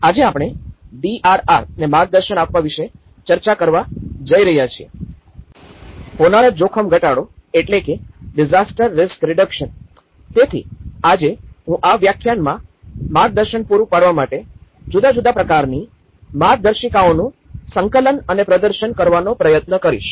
આજે આપણે ડીઆરઆર ને માર્ગદર્શન આપવા વિશે ચર્ચા કરવા જઈ રહ્યા છીએ હોનારત જોખમ ઘટાડો તેથી આજે હું આ વ્યાખ્યાનમાં માર્ગદર્શન પૂરું પાડવા માટે જુદા જુદા પ્રકારની માર્ગદર્શિકાઓનું સંકલન અને પ્રદર્શન કરવાનો પ્રયત્ન કરીશ